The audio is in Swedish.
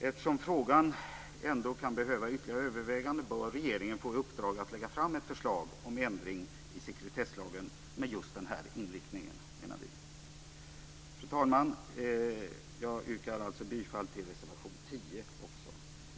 Eftersom frågan ändå kan behöva ytterligare överväganden bör regeringen få i uppdrag att lägga fram ett förslag om ändring i sekretesslagen med just den här inriktningen, menar vi. Fru talman! Jag yrkar alltså också bifall till reservation 10.